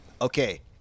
Okay